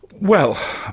well,